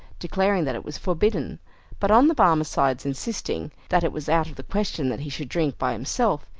declaring that it was forbidden but on the barmecide insisting that it was out of the question that he should drink by himself,